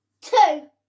two